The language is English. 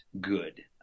good